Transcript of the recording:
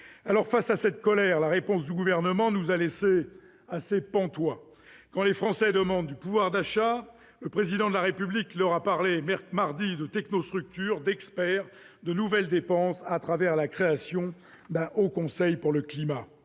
Face à cette colère, la réponse du Gouvernement nous a laissés pantois. Quand les Français demandent du pouvoir d'achat, le Président de la République leur parle de technostructure, d'experts et de nouvelles dépenses au travers de la création d'un Haut Conseil pour le climat